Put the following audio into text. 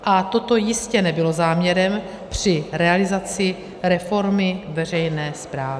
A toto jistě nebylo záměrem při realizaci reformy veřejné správy.